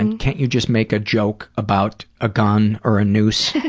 and can't you just make a joke about a gun or a noose.